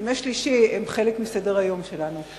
ימי שלישי הם חלק מסדר-היום שלנו.